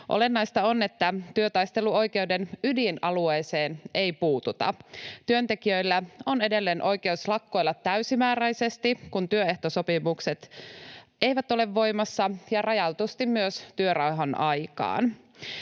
Olennaista on, että työtaisteluoikeuden ydinalueeseen ei puututa. Työntekijöillä on edelleen oikeus lakkoilla täysimääräisesti, kun työehtosopimukset eivät ole voimassa ja rajatusti myös työrauhan aikaan.